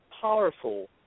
powerful